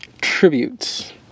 Tributes